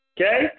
okay